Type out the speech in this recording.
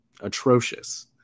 atrocious